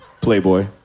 Playboy